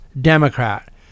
Democrat